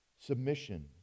submission